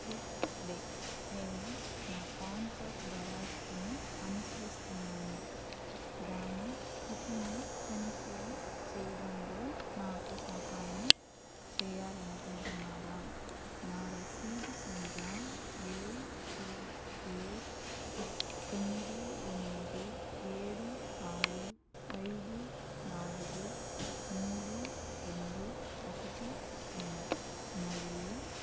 good day నేను నా card దరఖాస్తును అనుసరిస్తున్నాను దాని స్థితిని తనిఖీ చెయ్యడంలో నాకు సహాయం చెయ్యాలనుకుంటున్నారా నా రసీదు సంఖ్య ఏసీకె తొమ్మిది ఎనిమిది ఏడు ఆరు ఐదు నాలుగు మూడు డు ఒకటి సున్నా మరియు